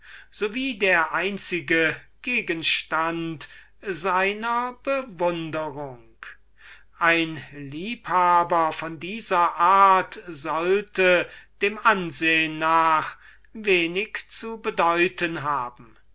so wie der einzige gegenstand seiner bewunderung ein liebhaber von dieser art sollte dem ansehen nach wenig zu bedeuten haben